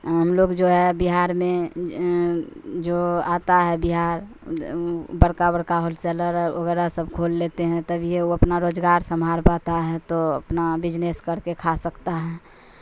ہم لوگ جو ہے بہار میں جو آتا ہے بہار بڑکا بڑکا ہول سیلر وغیرہ سب کھول لیتے ہیں تبھی یہ وہ اپنا روزگار سنبھال پاتا ہے تو اپنا بجنس کر کے کھا سکتا ہے